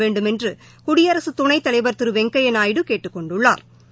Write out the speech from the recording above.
வேண்டுமென்று குடியரசுத் துணைத்தலைவா் திரு வெங்கையா நாயுடு கேட்டுக் கொண்டுள்ளாா்